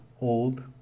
old